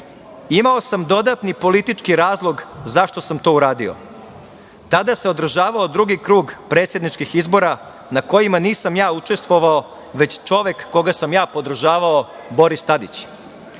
Imao sam dodatni politički razlog zašto sam to uradio. Tada se održavao drugi krug predsedničkih izbora na kojima nisam ja učestvovao već čovek koga sam ja podržavao, Boris Tadić.